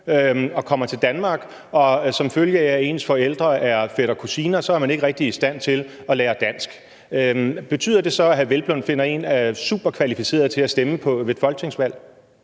man kommer til Danmark og, som følge af at ens forældre er fætter-kusine, ikke rigtig er i stand til at lære dansk. Betyder det så, at hr. Hvelplund finder en super kvalificeret til at stemme ved et folketingsvalg?